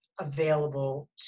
available